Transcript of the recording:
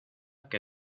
que